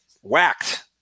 whacked